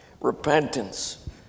Repentance